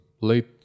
late